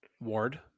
Ward